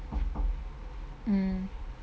mm